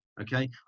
okay